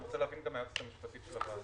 אני רוצה להבין גם מהיועצת המשפטית של הוועדה